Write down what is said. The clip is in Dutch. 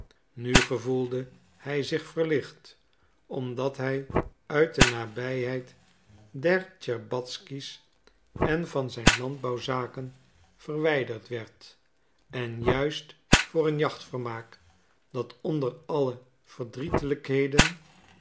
nu gevoelde hij zich verlicht omdat hij uit de nabijheid der tscherbatzky's en van zijn landbouwzaken verwijderd werd en juist voor een jachtvermaak dat onder alle